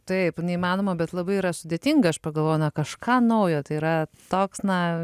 taip neįmanoma bet labai yra sudėtinga aš pagalvojau na kažką naujo tai yra toks na